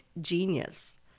genius